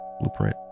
Blueprint